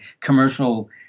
commercial